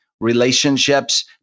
relationships